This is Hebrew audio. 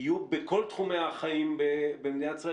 יהיו בכל תחומי החיים במדינת ישראל?